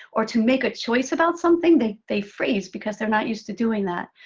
or to make a choice about something, they they freeze, because they're not used to doing that.